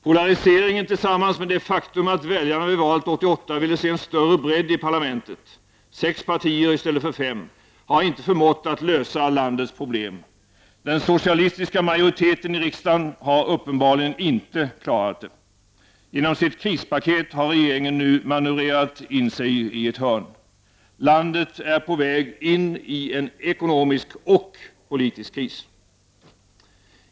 Polariseringen, tillsammans med det faktum att väljarna vid valet 1988 ville se än större bredd i parlamentet — sex partier i stället för fem — har inte förmått lösa landets problem. Den socialistiska majoriteten i riksdagen har uppenbarligen inte klarat det. Genom sitt krispaket har regeringen nu manövrerat sig in i ett hörn. Landet är på väg in i en ekonomisk och politisk kris.